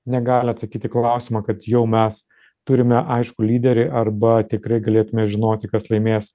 negali atsakyt į klausimą kad jau mes turime aiškų lyderį arba tikrai galėtume žinoti kas laimės